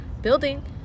building